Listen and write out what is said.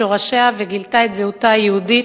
בשורשיה, גילתה את זהותה היהודית,